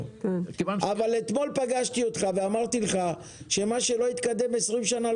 אתמול פגשתי אותך ואמרתי לך שמה שלא התקדם עשרים שנה,